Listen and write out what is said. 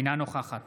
אינה נוכחת